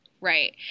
Right